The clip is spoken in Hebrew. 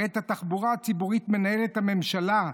הרי את התחבורה הציבורית מנהלת הממשלה,